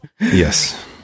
Yes